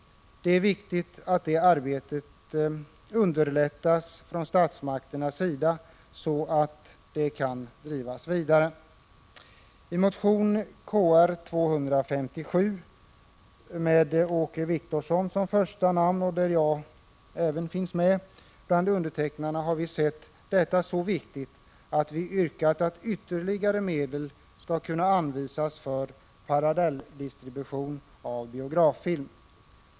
Det är viktigt att detta arbete underlättas från statsmakternas sida, så att det kan drivas vidare. I motion Kr257 med Åke Wictorsson som första namn, och där även jag finns med bland undertecknarna, har parallelldistributionen ansetts som så viktig att vi yrkar att ytterligare medel skall kunna anvisas för parallelldistribution av biograffilm.